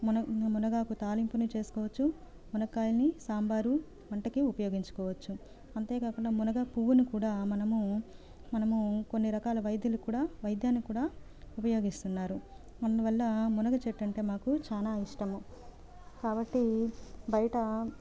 మునగ మునగాకు తాలింపుని చేసుకోవచ్చు మునగ కాయల్ని సాంబారు వంటకి ఉపయోగించుకోవచ్చు అంతేకాకుండా మునగ పువ్వుని కూడా మనము మనము కొన్ని రకాల వైద్యులక్కూడా వైద్యానికి కూడా ఉపయోగిస్తున్నారు అందువల్ల మునగ చెట్టంటే మాకు చాలా ఇష్టము కాబట్టి బయట